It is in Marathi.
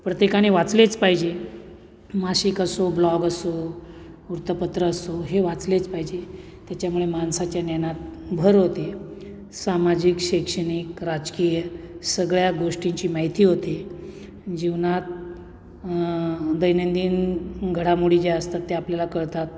प्रत्येकाने वाचलेच पाहिजे मासिक असो ब्लॉग असो वृत्तपत्र असो हे वाचलेच पाहिजे त्याच्यामुळे माणसाच्या ज्ञानात भर होते सामाजिक शैक्षणिक राजकीय सगळ्या गोष्टींची माहिती होते जीवनात दैनंदिन घडामोडी ज्या असतात त्या आपल्याला कळतात